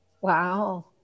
Wow